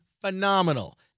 phenomenal